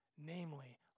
namely